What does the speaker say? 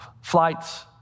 flights